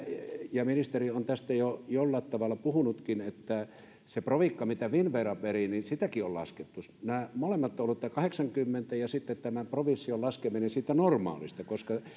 ja ministeri on tästä jo jollain tavalla puhunutkin että sitä provikkaakin mitä finnvera perii on laskettu nämä molemmat ovat olleet kahdeksankymmentä ja sitten tulee tämän provision laskeminen siitä normaalista koska